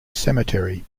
cemetery